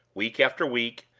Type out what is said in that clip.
week after week,